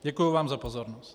Děkuji vám za pozornost.